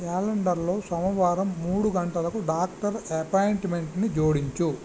క్యాలెండర్లో సోమవారం మూడు గంటలకు డాక్టర్ ఎపాయింట్మెంట్ని జోడించుము